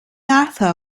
arthur